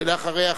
אחריה,